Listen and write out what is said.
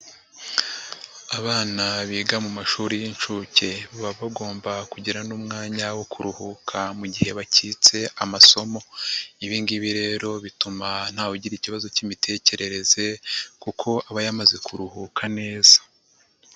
Abana biga mu mashuri y'inshuke baba bagomba kugira n'umwanya wo kuruhuka mu gihe bakitse amasomo. Ibingibi rero bituma ntawe ugira ikibazo cy'imitekerereze kuko aba yamaze kuruhuka neza.